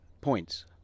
points